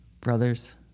brothers